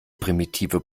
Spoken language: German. primitive